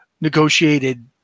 negotiated